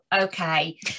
okay